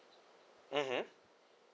mmhmm